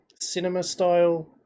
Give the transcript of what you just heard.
cinema-style